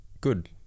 good